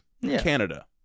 Canada